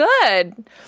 good